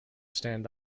stand